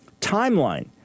timeline